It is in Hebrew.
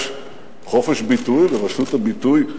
יש חופש ביטוי ורשות הביטוי.